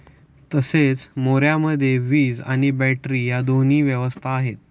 तसेच मोऱ्यामध्ये वीज आणि बॅटरी या दोन्हीची व्यवस्था आहे